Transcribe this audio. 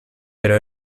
però